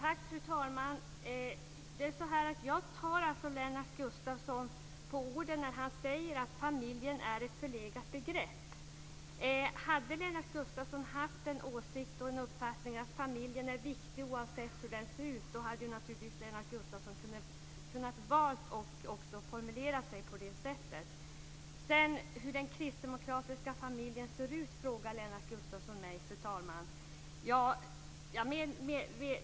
Fru talman! Jag tar faktiskt Lennart Gustavsson på orden när han säger att familjen är ett förlegat begrepp. Hade Lennart Gustavsson haft en åsikt och en uppfattning om att familjen är viktig oavsett hur den ser ut hade han naturligtvis kunnat välja att också formulera sig på det sättet. Hur ser den kristdemokratiska familjen ut? frågar Lennart Gustavsson mig, fru talman.